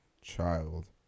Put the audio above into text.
child